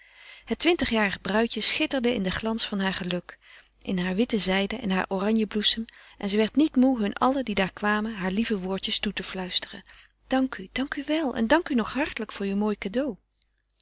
het twintigjarige bruidje schitterde in den glans van haar geluk in haar witte zijde en haar oranjebloesem en zij werd niet moede hun allen die daar kwamen haar lieve woordjes toe te fluisteren dank u dank u wel en dank u nog hartelijk voor uw mooi cadeau